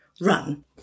run